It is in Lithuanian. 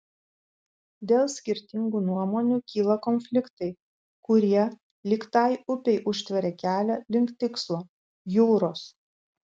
dėl skirtingų nuomonių kyla konfliktai kurie lyg tai upei užtveria kelią link tikslo jūros